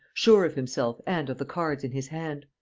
sure of himself and of the cards in his hand.